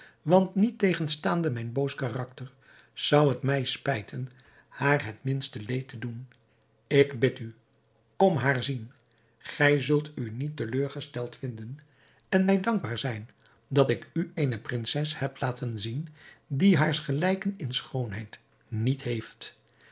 want niettegenstaande mijn boos karakter zou het mij spijten haar het minste leed te doen ik bid u kom haar zien gij zult u niet teleurgesteld vinden en mij dankbaar zijn dat ik u eene prinses heb laten zien die haars gelijken in schoonheid niet heeft